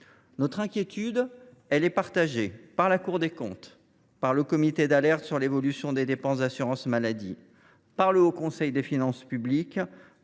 Notre inquiétude est partagée par la Cour des comptes, par le Comité d’alerte sur l’évolution des dépenses de l’assurance maladie, par le Haut Conseil des finances publiques